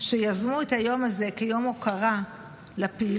שיזמו את היום הזה כיום הוקרה לפעילות